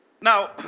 Now